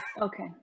Okay